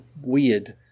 weird